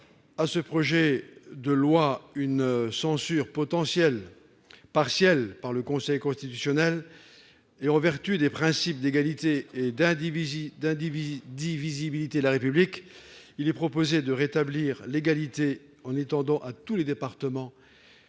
à ce projet de loi une potentielle censure partielle par le Conseil constitutionnel et en vertu des principes d'égalité et d'indivisibilité de la République, il est proposé de rétablir l'égalité en étendant à tous les départements